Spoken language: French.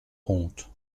honte